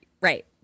Right